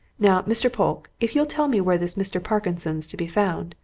now, mr. polke, if you'll tell me where this mr. parkinson's to be found,